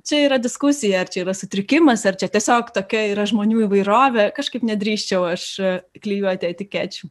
čia yra diskusija ar čia yra sutrikimas ar čia tiesiog tokia yra žmonių įvairovė kažkaip nedrįsčiau aš klijuoti etikečių